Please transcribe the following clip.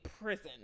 prison